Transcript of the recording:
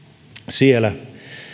siellä